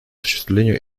осуществлению